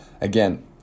again